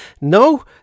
No